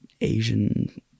Asian